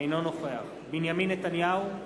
אינו נוכח בנימין נתניהו,